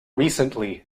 recently